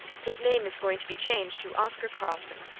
his name is going to be changed to oscar carlson,